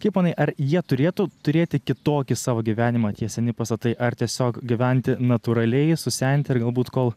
kaip manai ar jie turėtų turėti kitokį savo gyvenimą tie seni pastatai ar tiesiog gyventi natūraliai susenti ir galbūt kol